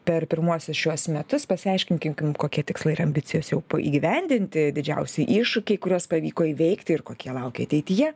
per pirmuosius šiuos metus pasiaiškinkim kim kokie tikslai ir ambicijos jau įgyvendinti didžiausi iššūkiai kuriuos pavyko įveikti ir kokie laukia ateityje